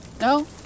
no